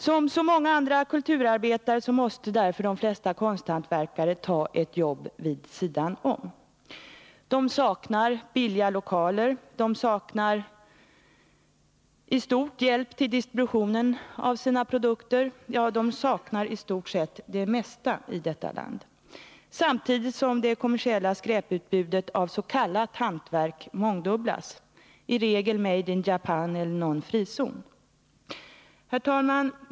Som så många andra kulturarbetare måste därför de flesta konsthantverkare ta ett jobb vid sidan om. De saknar billiga lokaler, hjälp till distributionen av sina produkter, ja de saknar i stort sett det mesta i detta land. Samtidigt mångdubblas det kommersiella skräputbudet av s.k. hantverk. Det är i regel varor ”made in Japan” eller tillverkade i någon frizon. Herr talman!